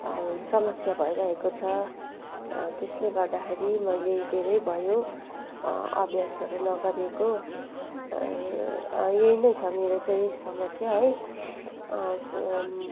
समस्या भइरहेको छ त्यसले गर्दाखेरि मैले धेरै भयो अभ्यासहरू नगरेको यही नै छ मेरो चाहिँ समस्या है स